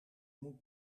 moet